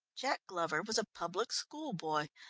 jack glover was a public school boy,